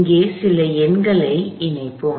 இங்கே சில எண்களை இணைப்போம்